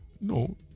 no